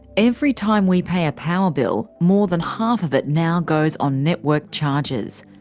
every time we pay a power bill, more than half of it now goes on network charges.